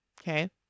Okay